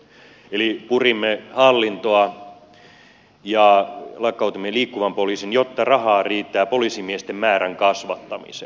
eli purimme hallintoa ja lakkautimme liikkuvan poliisin jotta rahaa riittää poliisimiesten määrän kasvattamiseen